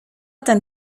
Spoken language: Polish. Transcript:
ten